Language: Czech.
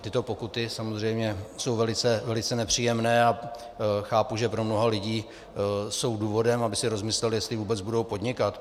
Tyto pokuty jsou samozřejmě velice nepříjemné a chápu, že pro mnoho lidí jsou důvodem, aby si rozmysleli, jestli vůbec budou podnikat.